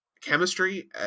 chemistry